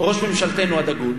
ראש ממשלתנו הדגול,